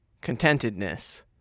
contentedness